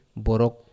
borok